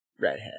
Redhead